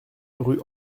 rue